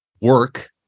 work